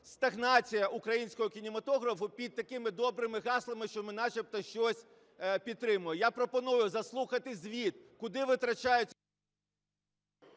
стагнація українського кінематографу під такими добрими гаслами, що ми начебто щось підтримуємо. Я пропоную заслухати звіт, куди витрачаються…